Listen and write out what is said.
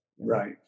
Right